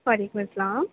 وعلیم السّلام